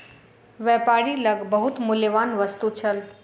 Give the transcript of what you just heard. व्यापारी लग बहुत मूल्यवान वस्तु छल